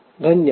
धन्यवाद